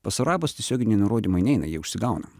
pas arabus tiesioginiai nurodymai neina jie užsigauna